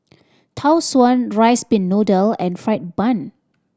Tau Suan rice pin noodle and fried bun